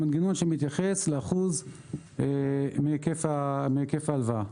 המנגנון שמתייחס לאחוז מהיקף ההלוואה.